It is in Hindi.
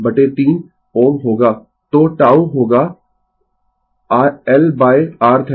तो τ होगाl L RThevenin